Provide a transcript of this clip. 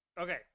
Okay